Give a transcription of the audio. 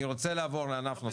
אני רוצה לעבור לענף נוסף.